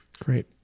Great